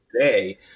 today